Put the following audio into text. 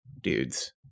dudes